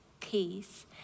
peace